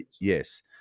yes